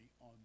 on